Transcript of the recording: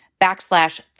backslash